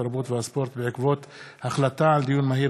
התרבות והספורט בעקבות דיון מהיר